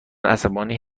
عصبانی